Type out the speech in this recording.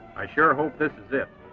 i sure hope this is it.